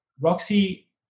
Roxy